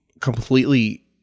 completely